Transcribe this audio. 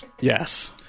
Yes